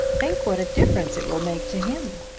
think what a difference it will make to him.